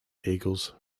eagles